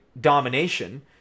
domination